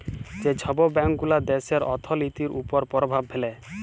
যে ছব ব্যাংকগুলা দ্যাশের অথ্থলিতির উপর পরভাব ফেলে